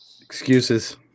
Excuses